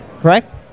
correct